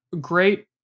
Great